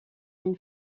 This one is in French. une